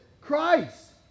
Christ